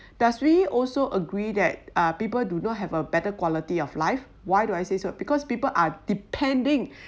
does we also agree that people do not have a better quality of life why do I say so because people are depending